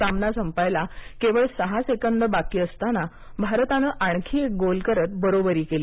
सामना संपायला केवळ सहा सेकंद बाकी असताना भारतानं आणखी एक गोल करत बरोबरी केली